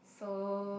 so